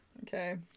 Okay